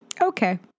Okay